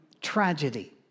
tragedy